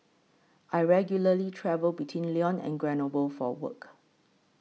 I regularly travel between Lyon and Grenoble for work